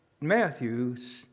Matthew's